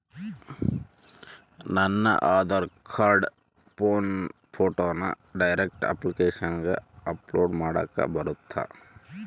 ನನ್ನ ಆಧಾರ್ ಕಾರ್ಡ್ ಫೋಟೋನ ಡೈರೆಕ್ಟ್ ಅಪ್ಲಿಕೇಶನಗ ಅಪ್ಲೋಡ್ ಮಾಡಾಕ ಬರುತ್ತಾ?